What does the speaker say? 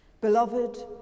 Beloved